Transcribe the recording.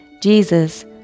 Jesus